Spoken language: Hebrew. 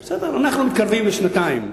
בסדר, אנחנו מתקרבים לשנתיים.